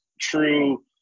true